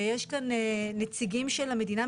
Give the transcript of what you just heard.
יש כאן נציגים של המדינה,